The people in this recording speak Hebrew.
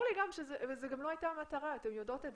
זו גם לא הייתה המטרה ואתן יודעות את זה.